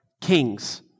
kings